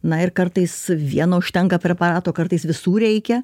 na ir kartais vieno užtenka preparato kartais visų reikia